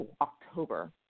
October